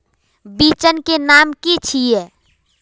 बिचन के नाम की छिये?